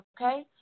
Okay